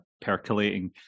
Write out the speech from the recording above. percolating